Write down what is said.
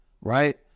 Right